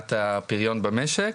והעלאת הפיריון במשק.